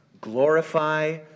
Glorify